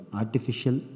artificial